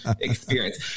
experience